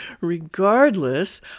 Regardless